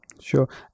sure